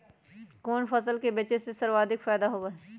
कोन फसल के बेचे से सर्वाधिक फायदा होबा हई?